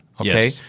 Okay